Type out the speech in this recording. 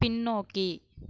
பின்னோக்கி